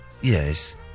Yes